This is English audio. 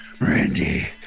Randy